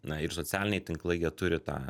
na ir socialiniai tinklai jie turi tą